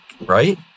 Right